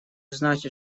значит